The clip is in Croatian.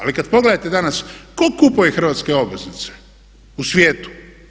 Ali kad pogledate danas tko kupuje hrvatske obveznice u svijetu?